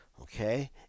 okay